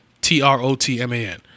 T-R-O-T-M-A-N